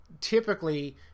typically